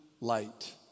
light